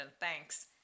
thanks